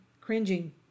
cringing